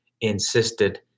insisted